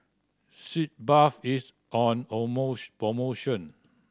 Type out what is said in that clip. Sitz Bath is on promotion